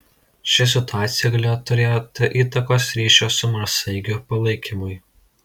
ši situacija galėjo turėti įtakos ryšio su marsaeigiu palaikymui